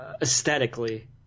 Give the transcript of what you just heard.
aesthetically